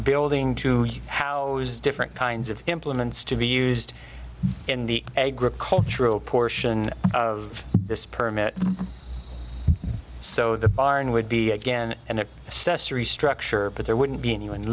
building to you how different kinds of implements to be used in the agricultural portion of this per minute so the barn would be again and the assessor restructure but there wouldn't be anyone